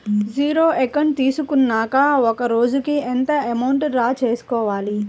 Zero account తీసుకున్నాక ఒక రోజుకి ఎంత అమౌంట్ డ్రా చేసుకోవాలి?